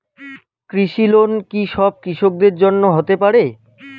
কৃষি লোন কি সব কৃষকদের জন্য হতে পারে?